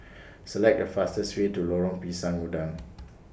Select The fastest Way to Lorong Pisang Udang